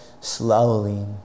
slowly